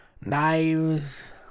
knives